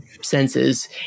senses